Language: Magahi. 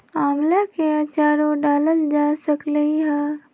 आम्ला के आचारो डालल जा सकलई ह